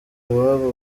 iwabo